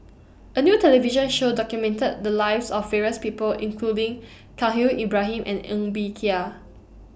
A New television Show documented The Lives of various People including Khalil Ibrahim and Ng Bee Kia